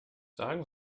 sagen